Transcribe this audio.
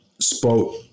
spoke